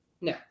no